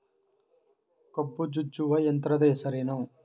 ಕಬ್ಬು ಜಜ್ಜುವ ಯಂತ್ರದ ಹೆಸರೇನು?